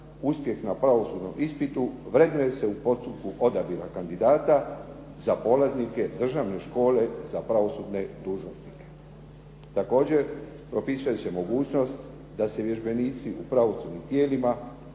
uspjeh na pravosudnom ispitu vrednuje se postupku odabira kandidata za polaznike državne škole za pravosudne dužnosnike. Također, propisuje se mogućnost da se vježbenici u pravosudnim tijelima